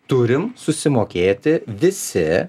turim susimokėti visi